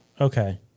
Okay